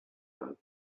there